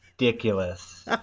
ridiculous